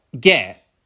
get